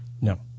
no